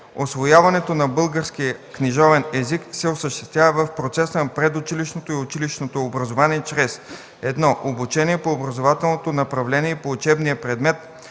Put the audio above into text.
Усвояването на българския книжовен език се осъществява в процеса на предучилищното и училищното образование чрез: 1. обучение по образователното направление и по учебния предмет